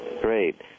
Great